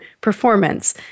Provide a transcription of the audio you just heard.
performance